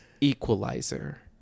equalizer